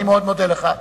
אני מאוד מודה לך.